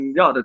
ja